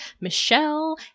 Michelle